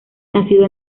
nacido